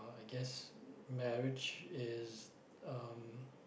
I guess marriage is um